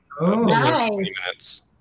Nice